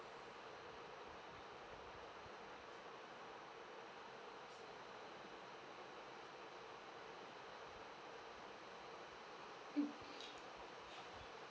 mm